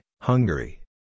Hungary